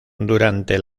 durante